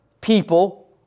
people